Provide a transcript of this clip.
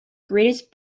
greatest